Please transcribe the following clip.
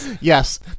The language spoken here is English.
Yes